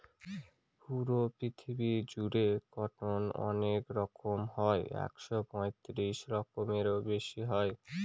পুরো পৃথিবী জুড়ে কটন অনেক রকম হয় একশো পঁয়ত্রিশ রকমেরও বেশি হয়